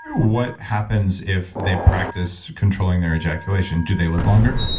what happens if they practice controlling their ejaculation? do they live longer?